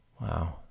Wow